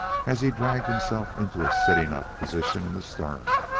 as he dragged himself into a sitting-up position in the stern,